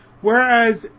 Whereas